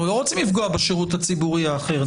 אנחנו לא רוצים לפגוע בשירות הציבורי האחר.